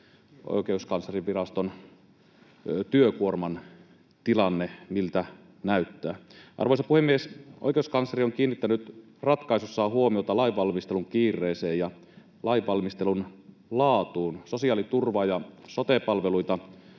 Oikeuskanslerinviraston työkuorman tilanne? Miltä näyttää? Arvoisa puhemies! Oikeuskansleri on kiinnittänyt ratkaisussaan huomiota lainvalmistelun kiireeseen ja lainvalmistelun laatuun. Sosiaaliturvaa ja sote-palveluita